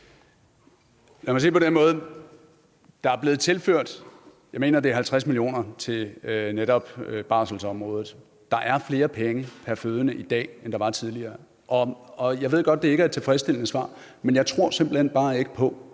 Lad mig sige det på den måde: Der er blevet tilført 50 mio. kr., mener jeg det er, til netop barselsområdet. Der er flere penge pr. fødende i dag, end der var tidligere. Jeg ved godt, at det ikke er et tilfredsstillende svar, men jeg tror simpelt hen bare ikke på